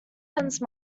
tense